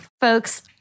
Folks